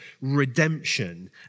redemption